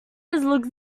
looks